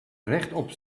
rechtop